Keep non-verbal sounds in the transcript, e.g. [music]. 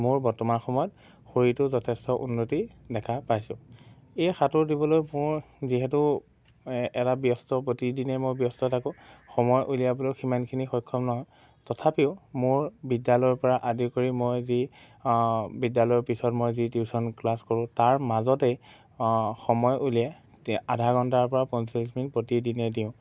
মোৰ বৰ্তমান সময়ত শৰীৰটো যথেষ্ট উন্নতি দেখা পাইছোঁ এই সাঁতোৰ দিবলৈ মোৰ যিহেতু এটা ব্যস্ত প্ৰতিদিনে মই ব্যস্ত থাকোঁ সময় উলিয়াবলৈও সিমানখিনি সক্ষম নহয় তথাপিও মোৰ বিদ্যালয়ৰ পৰা আদি কৰি মই যি বিদ্যালয়ৰ পিছত মই যি টিউশ্যন ক্লাছ কৰোঁ তাৰ মাজতেই সময় উলিয়াই [unintelligible] আধা ঘণ্টাৰ পৰা পঞ্চল্লিছ মিনিট প্ৰতিদিনে দিওঁ